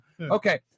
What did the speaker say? Okay